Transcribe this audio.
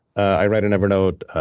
i write in evernote.